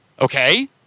Okay